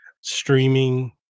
streaming